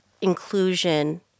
inclusion